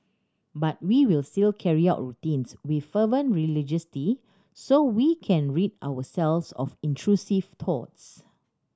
but we will still carry out routines with fervent religiosity so we can rid ourselves of intrusive thoughts